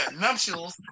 nuptials